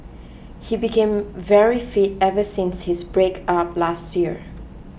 he became very fit ever since his breakup last year